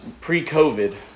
pre-COVID